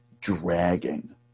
dragging